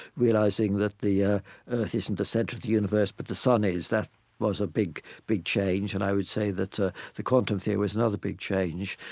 realizing that the ah earth isn't the center of the universe, but the sun is that was a big, big change. and i would say that the the quantum theory was another big change.